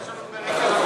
לא נכון.